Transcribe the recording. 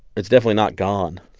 it's definitely not gone.